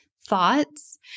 thoughts